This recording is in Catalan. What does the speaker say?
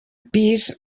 pis